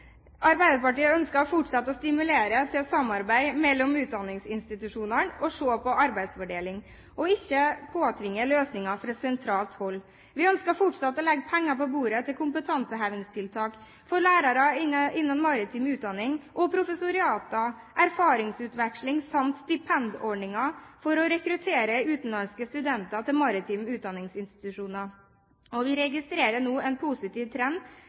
Arbeiderpartiet ønsker å fortsette å stimulere til et samarbeid mellom utdanningsinstitusjonene, se på arbeidsfordeling og ikke påtvinge løsninger fra sentralt hold. Vi ønsker fortsatt å legge penger på bordet til kompetansehevingstiltak for lærere innen maritim utdanning, professorater, erfaringsutveksling samt stipendordninger for å rekruttere utenlandske studenter til maritime utdanningsinstitusjoner. Vi registrerer nå en positiv trend